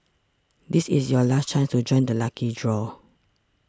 this is your last chance to join the lucky draw